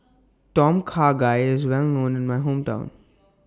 Tom Kha Gai IS Well known in My Hometown